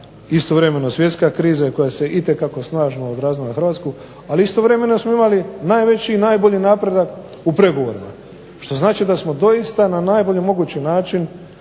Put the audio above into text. istovremeno svjetska kriza i koja se itekako snažno odrazila na Hrvatsku ali istovremeno smo imali najveći i najbolji napredak u pregovorima. Što znači da smo doista na najbolji mogući način